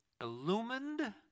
illumined